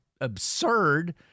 absurd